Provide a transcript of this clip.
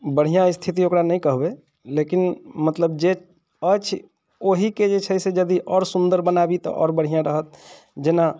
बढ़िआँ स्थिति ओकरा नहि कहबै लेकिन मतलब जे अछि ओहिके जे छै से यदि आओर सुन्दर बनाबी तऽ आओर बढ़िआँ रहत जेना